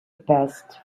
passed